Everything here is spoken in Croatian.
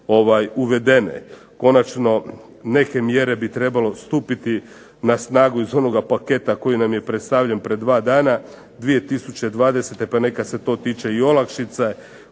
uvedene. Konačno neke mjere bi trebalo stupiti na snagu iz onoga paketa koji nam je predstavljen pred dva dana, 2020. pa neka se to tiče i olakšica